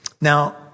Now